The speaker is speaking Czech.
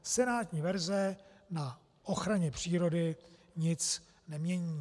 Senátní verze na ochraně přírody nic nemění.